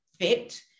fit